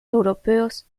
europeos